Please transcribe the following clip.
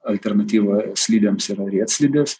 alternatyva slidėms yra riedslidės